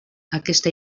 aquesta